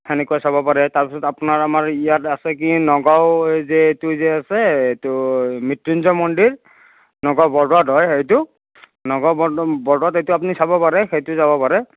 সেনেকুৱা চাব পাৰে তাৰ পিছত আপোনাৰ আমাৰ ইয়াত আছে কি নগাঁও এইযে এইটো যে আছে এইটো মৃত্যুঞ্জয় মন্দিৰ নগাঁও বৰদোৱাত হয় সেইটো নগাঁও বৰদ বৰদোৱাত আপুনি সেইটো চাব পাৰে সেইটো চাব পাৰে